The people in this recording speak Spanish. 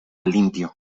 limpio